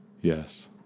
Yes